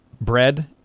bread